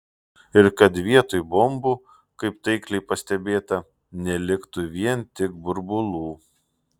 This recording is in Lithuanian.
ir kad vietoj bombų kaip taikliai pastebėta neliktų vien tik burbulų